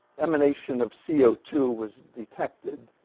emanation of c o two was detected